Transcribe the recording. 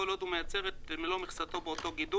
וכל עוד הוא ייצר את מלוא מכסתו באותו הלול.